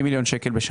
40 מיליון?